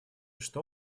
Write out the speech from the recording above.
что